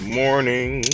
morning